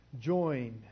join